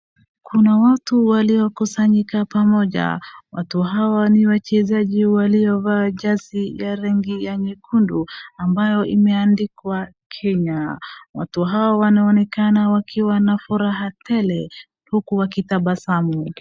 Kuna watu waliokusanyika pamoja. Watu hawa ni wachezaji waliovaa jazi ya rangi ya nyekundu ambayo imeandikwa Kenya. Watu hawa wanaonekana wakiwa na furaha tele uku wakitabasamu.